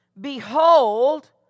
Behold